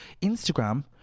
Instagram